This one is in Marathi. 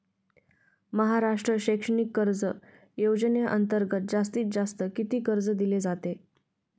महाराष्ट्र शैक्षणिक कर्ज योजनेअंतर्गत जास्तीत जास्त किती कर्ज दिले जाते?